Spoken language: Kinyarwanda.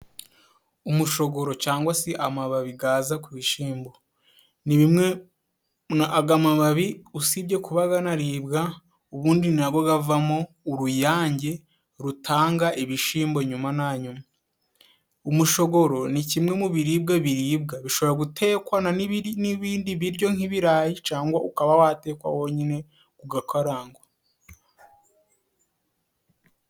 Umushogoro cyangwa se amababi gaza ku bishyimbo. Ni bimwe na agamababi usibye kuba ganaribwa, ubundi nago gavamo uruyange rutanga ibishimbo nyuma na nyuma. Umushogoro ni kimwe mu biribwa biribwa bishobora gutekwana n'ibindi biryo nk'ibirayi, cyangwa ukaba watekwa wonyine ugakarangwa.